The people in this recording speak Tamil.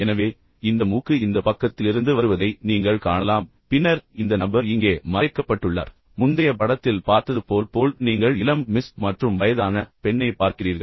எனவே இந்த மூக்கு இந்த பக்கத்திலிருந்து வருவதை நீங்கள் காணலாம் பின்னர் இந்த நபர் இங்கே மறைக்கப்பட்டுள்ளார் முந்தைய படத்தில் பார்த்தது போல் போல் நீங்கள் இளம் மிஸ் மற்றும் வயதான பெண்ணைப் பார்க்கிறீர்கள்